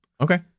Okay